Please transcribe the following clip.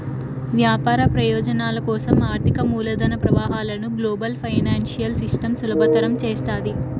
వ్యాపార ప్రయోజనాల కోసం ఆర్థిక మూలధన ప్రవాహాలను గ్లోబల్ ఫైనాన్సియల్ సిస్టమ్ సులభతరం చేస్తాది